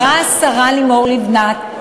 אמרה השרה לימור לבנת: